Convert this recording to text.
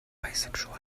bisexual